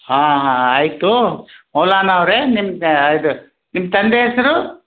ಹಾಂ ಹಾಂ ಆಯಿತು ಮೌಲಾನಾ ಅವರೆ ನಿಮ್ಮ ಇದು ನಿಮ್ಮ ತಂದೆ ಹೆಸ್ರು